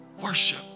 Worship